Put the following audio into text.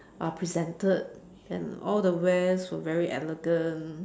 uh presented and all the wares were very elegant